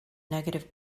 negative